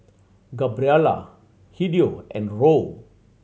Gabriela Hideo and Hoe